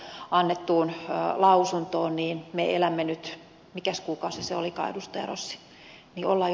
päivä annettuun lausuntoon ja nyt mikäs kuukausi se olikaan edustaja rossi